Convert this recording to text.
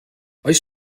oes